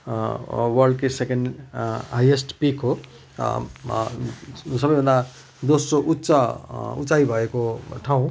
वर्ल्डकै second highest peak हो सबै भन्दा दोस्रो उच्च उचाइ भएको ठाउँ